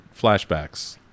flashbacks